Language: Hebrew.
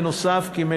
נוסף על כך,